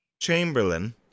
Chamberlain